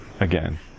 again